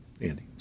Andy